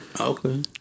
Okay